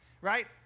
right